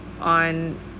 on